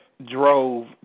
drove